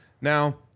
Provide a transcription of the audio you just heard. Now